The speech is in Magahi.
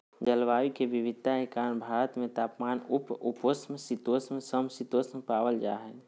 जलवायु के विविधता के कारण भारत में तापमान, उष्ण उपोष्ण शीतोष्ण, सम शीतोष्ण पावल जा हई